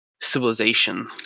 civilization